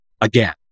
again